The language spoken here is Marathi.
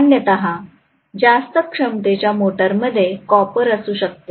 सामान्यतः जास्त क्षमतेच्या मोटरमध्ये कॉपर असू शकते